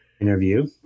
interview